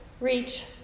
reach